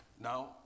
Now